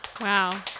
Wow